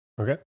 Okay